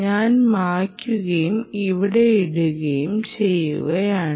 ഞാൻ മായ്ക്കുകയും ഇവിടെ ഇടുകയും ചെയ്യുകയാണ്